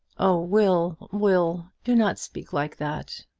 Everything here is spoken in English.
oh, will, will, do not speak like that.